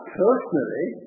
personally